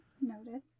Noted